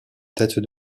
tête